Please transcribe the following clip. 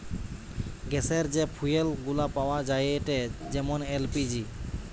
গ্যাসের যে ফুয়েল গুলা পাওয়া যায়েটে যেমন এল.পি.জি